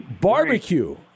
Barbecue